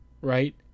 right